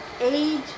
age